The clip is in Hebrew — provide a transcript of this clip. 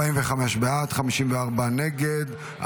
45 בעד, 54 נגד.